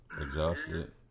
Exhausted